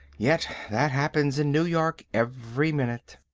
yet that happens in new york every minute.